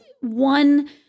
one